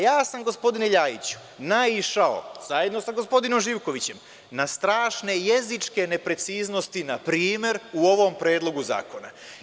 Ja sam, gospodine Ljajiću, naišao, zajedno sa gospodinom Živkovićem, na strašne jezičke nepreciznosti, npr. u ovom Predlogu zakona.